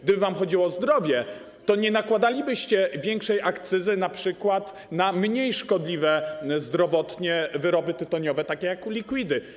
Gdyby wam chodziło o zdrowie, to nie nakładalibyście większej akcyzy np. na mniej szkodliwe zdrowotnie wyroby tytoniowe, takie jak liquidy.